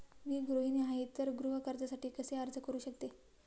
मी गृहिणी आहे तर गृह कर्जासाठी कसे अर्ज करू शकते?